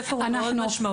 הספר מאוד חשוב.